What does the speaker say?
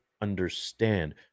understand